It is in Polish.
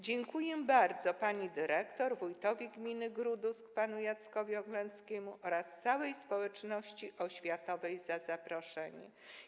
Dziękuję bardzo pani dyrektor, wójtowi gminy Grudusk panu Jackowi Oglęckiemu oraz całej społeczności oświatowej za zaproszenie.